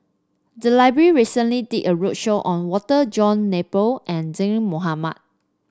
the library recently did a roadshow on Walter John Napier and Zaqy Mohamad